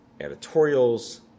editorials